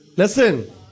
Listen